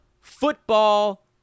football